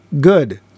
good